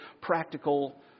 practical